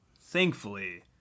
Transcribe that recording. thankfully